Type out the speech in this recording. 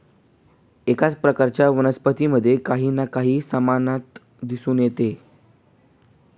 एकाच प्रकारच्या वनस्पतींमध्ये काही ना काही समानता दिसून येते